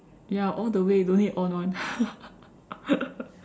ya all the way don't need to on [one]